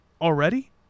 already